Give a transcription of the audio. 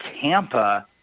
Tampa